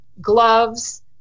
gloves